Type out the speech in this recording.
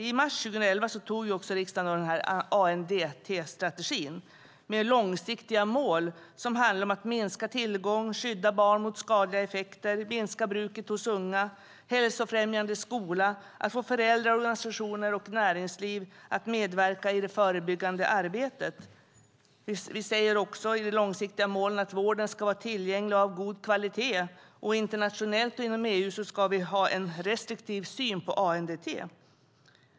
I mars 2011 antog riksdagen ANDT-strategin med långsiktiga mål om att minska tillgång, skydda barn mot skadliga effekter, minska bruket hos unga, ha en hälsofrämjande skola samt få föräldrar, organisationer och näringsliv att medverka i det förebyggande arbetet. Vi säger också att de långsiktiga målen ska vara att ha en tillgänglig vård av god kvalitet och att vi internationellt och inom EU ska ha en restriktiv syn på ANDT.